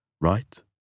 Right